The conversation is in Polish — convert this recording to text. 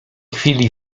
chwili